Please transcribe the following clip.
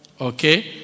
Okay